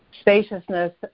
spaciousness